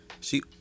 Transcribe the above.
She